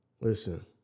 Listen